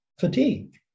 fatigue